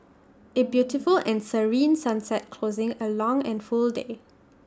A beautiful and serene sunset closing A long and full day